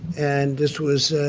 and this was